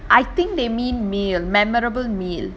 I think they mean meal memorable meal